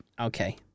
Okay